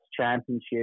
Championship